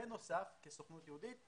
בנוסף, כסוכנות יהודית,